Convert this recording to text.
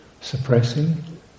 suppressing